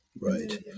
Right